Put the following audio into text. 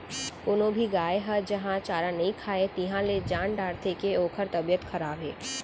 कोनो भी गाय ह जहॉं चारा नइ खाए तिहॉं ले जान डारथें के ओकर तबियत खराब हे